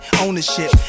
ownership